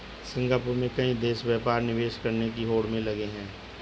Singapore में कई देश व्यापार निवेश करने की होड़ में लगे हैं